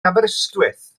aberystwyth